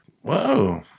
Whoa